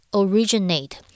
originate